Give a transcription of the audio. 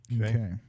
Okay